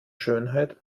schönheit